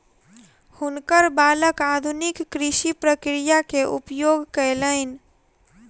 हुनकर बालक आधुनिक कृषि प्रक्रिया के उपयोग कयलैन